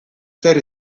zer